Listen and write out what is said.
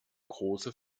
große